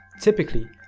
Typically